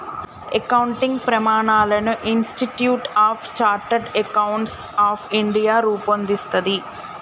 accounting ప్రమాణాలను institute of chartered accountants of India రూపొందిస్తది